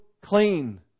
clean